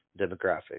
demographic